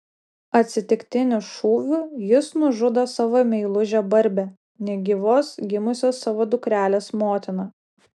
atsitiktiniu šūviu jis nužudo savo meilužę barbę negyvos gimusios savo dukrelės motiną